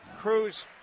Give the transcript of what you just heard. Cruz